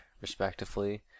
respectively